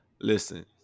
Listen